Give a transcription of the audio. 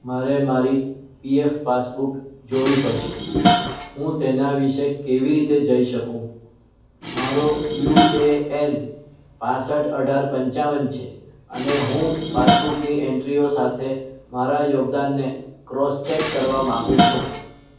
મારે મારી PF passbook જોવી પડશે હું તેના વિશે કેવી રીતે જઈ શકું મારો યુ એ એન પાંસઠ અઢાર પંચાવન છે અને હું પાસબુકની એન્ટ્રીઓ સાથે મારા યોગદાનને ક્રોસ ચેક કરવા માગું છું